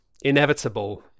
inevitable